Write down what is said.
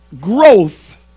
growth